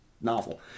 novel